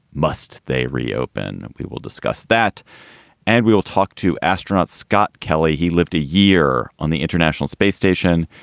must they reopen? we will discuss that and we will talk to astronaut scott kelly. he lived a year on the international space station.